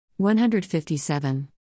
157